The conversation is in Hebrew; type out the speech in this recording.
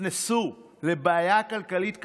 נכנסו לבעיה כלכלית קשה,